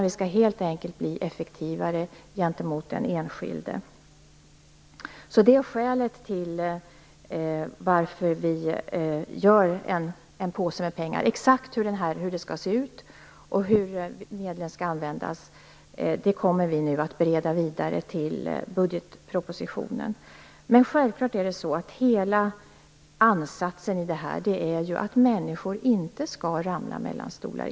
Vi skall helt enkelt bli effektivare gentemot den enskilde. Det är skälet till att vi har en påse med pengar. Frågan om hur det exakt skall se ut och hur medlen skall användas kommer nu att beredas vidare inför budgetpropositionen. Självfallet är ansatsen att människor inte skall hamna mellan två stolar.